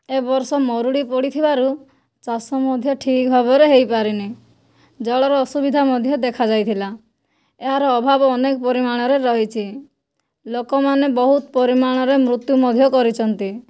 ଏ ବର୍ଷ ମରୁଡ଼ି ପଡ଼ିଥିବାରୁ ଚାଷ ମଧ୍ୟ ଠିକ ଭାବରେ ହୋଇ ପାରିନି ଜଳର ଅସୁବିଧା ମଧ୍ୟ ଦେଖାଯାଇଥିଲା ଏହାର ଅଭାବ ଅନେକ ପରିମାଣର ରହିଛି ଲୋକମାନେ ବହୁତ ପରିମାଣରେ ମୃତ୍ୟୁ ମଧ୍ୟ କରିଛନ୍ତି